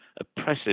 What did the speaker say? oppressive